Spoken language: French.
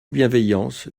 bienveillance